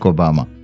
Obama